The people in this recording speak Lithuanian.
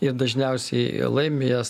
ir dažniausiai laimi jas